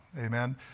Amen